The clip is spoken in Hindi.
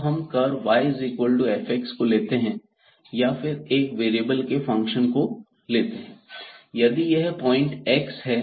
अब हम कर्व yf को लेते हैं या फिर एक वेरिएबल के फंक्शन को लेते हैं और यह पॉइंट x है